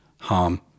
harm